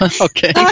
Okay